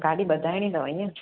गाॾी ॿधाइणी अथव ईअं